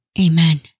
amen